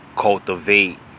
cultivate